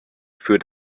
führt